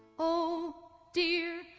oh dear,